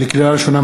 לקריאה ראשונה,